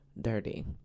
dirty